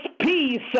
peace